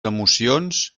emocions